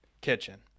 kitchen